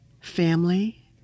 family